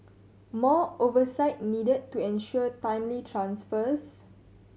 more oversight needed to ensure timely transfers